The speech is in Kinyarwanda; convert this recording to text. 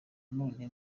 none